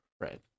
right